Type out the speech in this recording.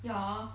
ya